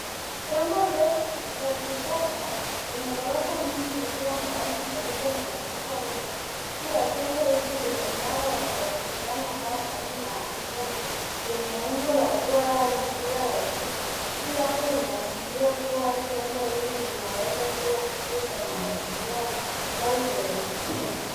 Jengo ndefu la kisasa lenye gorofa nyingi likiwa na rangi nyeupe na madirisha mengi. Juu ya jengo hili kuna mnara wa mawasiliano unaofanana na antena wenye umbo la duara au mpira wa chuma. Juu yake inaashiria kuwa jengo hili linaweza kuwa kituo cha mawasiliano au televisheni.